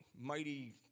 mighty